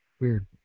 Weird